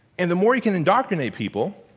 and the more you can indoctinate people,